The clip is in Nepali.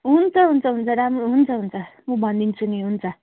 हुन्छ हुन्छ हुन्छ राम्रो हुन्छ हुन्छ म भनिदिन्छु नि हुन्छ